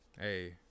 hey